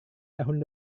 tahun